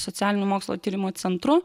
socialinių mokslų tyrimų centru